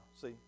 see